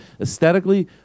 Aesthetically